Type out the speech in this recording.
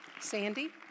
Sandy